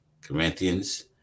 Corinthians